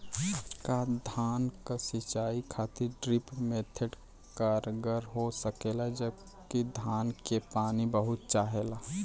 का धान क सिंचाई खातिर ड्रिप मेथड कारगर हो सकेला जबकि धान के पानी बहुत चाहेला?